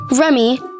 remy